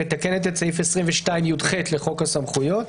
שמתקנת את סעיף 22יח לחוק הסמכויות.